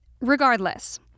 Regardless